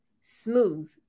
smooth